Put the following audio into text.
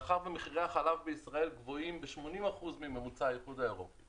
מאחר שמחירי החלב בישראל גבוהים ב-80% מממוצע האיחוד האירופי